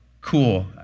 cool